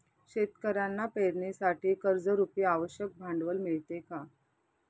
शेतकऱ्यांना पेरणीसाठी कर्जरुपी आवश्यक भांडवल मिळते का?